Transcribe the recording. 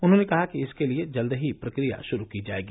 उन्होंने कहा कि इसके लिये जल्द ही प्रक्रिया श्रू की जाएगी